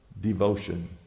devotion